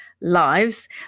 lives